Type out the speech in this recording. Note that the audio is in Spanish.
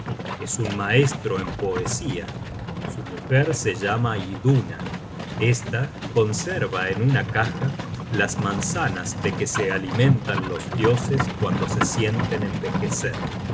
es un maestro en poesía su mujer se llama iduna esta conserva en una caja las manzanas de que se alimentan los dioses cuando se sienten envejecer